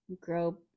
grow